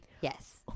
yes